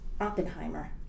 Oppenheimer